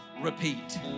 repeat